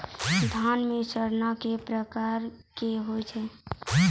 धान म सड़ना कै प्रकार के होय छै?